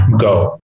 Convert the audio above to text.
go